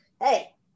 Hey